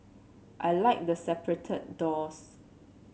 I like the separated doors